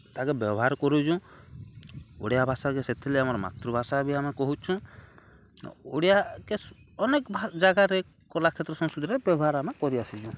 ତାକେ ବ୍ୟବହାର୍ କରୁଚୁଁ ଓଡ଼ିଆ ଭାଷାକେ ସେଥିର୍ଲାଗି ଆମର୍ ମାତୃଭାଷା ବି ଆମେ କହୁଚୁଁ ଓଡ଼ିଆକେ ଅନେକ୍ ଜାଗାରେ କଲାକ୍ଷେତ୍ର ସଂସ୍କୃତିରେ ବ୍ୟବହାର୍ ଆମେ କରିଆସିଚୁଁ